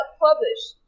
published